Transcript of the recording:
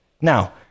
Now